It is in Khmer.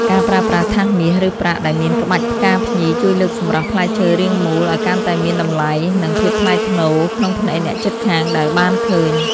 ការប្រើប្រាស់ថាសមាសឬប្រាក់ដែលមានក្បាច់ផ្កាភ្ញីជួយលើកសម្រស់ផ្លែឈើរាងមូលឱ្យកាន់តែមានតម្លៃ និង ភាពថ្លៃថ្នូរក្នុងភ្នែកអ្នកជិតខាងដែលបានឃើញ។